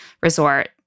resort